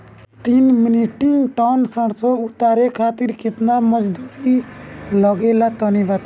तीन metric ton सरसो उतारे खातिर केतना मजदूरी लगे ला तनि बताई?